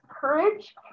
courage